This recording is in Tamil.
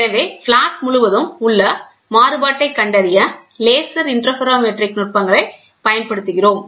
எனவே பிளாட் முழுவதும் உள்ள மாறுபாட்டைக் கண்டறிய லேசர் இன்டர்ஃபெரோமெட்ரிக் நுட்பங்களைப் பயன்படுத்துகிறோம்